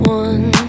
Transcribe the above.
one